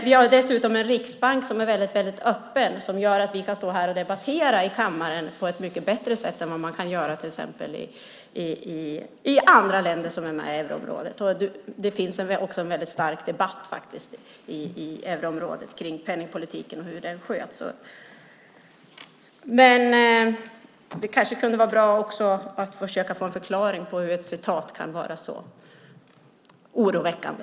Vi har dessutom en riksbank som är väldigt öppen vilket gör att vi kan stå och debattera här i kammaren på ett mycket bättre sätt än man kan göra i till exempel andra länder som är med i euroområdet. Det finns också en väldigt stark debatt i euroområdet om penningpolitiken och hur den sköts. Det kanske kunde vara bra att försöka få en förklaring på hur ett citat kan vara så oroväckande.